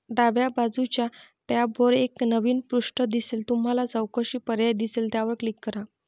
डाव्या बाजूच्या टॅबवर एक नवीन पृष्ठ दिसेल तुम्हाला चौकशी पर्याय दिसेल त्यावर क्लिक करा